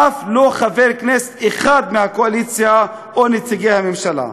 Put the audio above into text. אף חבר כנסת אחד מהקואליציה או נציג מהממשלה.